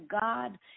God